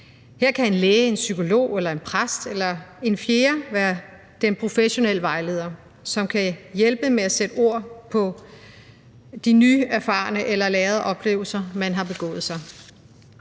Her kan en læge, en psykolog eller en præst eller en fjerde være den professionelle vejleder, som kan hjælpe med at sætte ord på de nyerfarede eller lagrede oplevelser, man har haft.